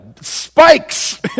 spikes